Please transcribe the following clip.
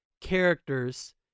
characters